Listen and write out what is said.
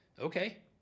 Okay